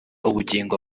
ubugingo